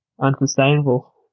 unsustainable